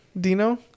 dino